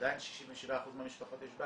עדיין ל-67% מהמשפחות יש בית.